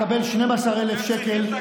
-- מקבל 12,000 שקל.